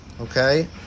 Okay